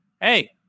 hey